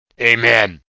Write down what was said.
amen